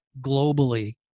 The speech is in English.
globally